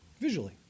visually